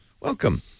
Welcome